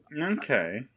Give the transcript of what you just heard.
Okay